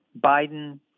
Biden